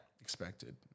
Expected